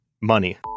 Money